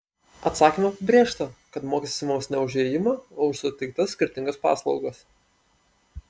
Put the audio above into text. atsakyme pabrėžta kad mokestis imamas ne už įėjimą o už suteiktas skirtingas paslaugas